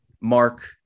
Mark